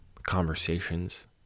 conversations